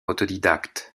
autodidacte